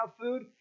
food